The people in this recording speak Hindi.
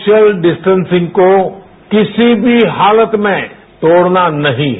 सोशल डिस्टेंसिंग को किसी भी हालत में तोड़ना नहीं है